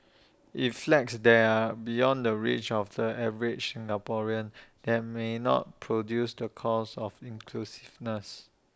if flats there are beyond the reach of the average Singaporean that may not produce the cause of inclusiveness